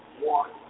one